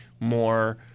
more